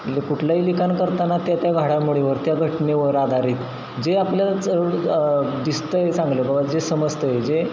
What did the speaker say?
म्हणजे कुठलंही लिखाण करताना त्या त्या घडामोडीवर त्या घटनेवर आधारित जे आपल्याला चढ दिसत आहे चांगलं बाबा जे समज आहे जे